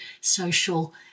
social